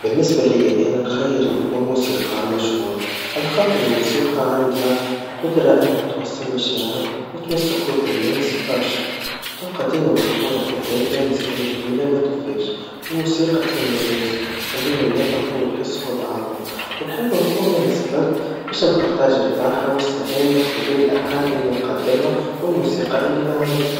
بالنسبا ليا أنا, نخير نكون موسيقار مشهور, على خاطر الموسيقا عندها قدرا إنها توصل مشاعر, وتوصل قلوب الناس برشا, وتبقى ديما محفورا في الذاكرا لسنين طويلا متوفاش, الموسيقا تلم الناس, تخليهم يفرحوا, ويحسوا ببعضهم, ونحب نكون انا السبب باش نشارك الفرحا والسلام من خلال الألحان اللي نقدمها, والموسيقا اللي نعملها.